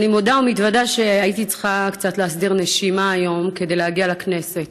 אני מודה ומתוודה שהייתי צריכה קצת להסדיר נשימה היום כדי להגיע לכנסת.